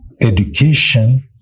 education